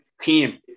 team